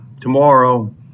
tomorrow